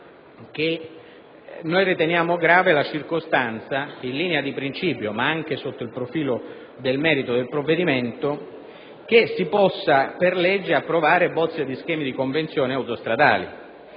che riteniamo grave la circostanza - in linea di principio, ma anche sotto il profilo del merito del provvedimento - che si possa per legge approvare bozze di schemi di convenzioni autostradali